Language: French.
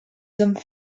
hommes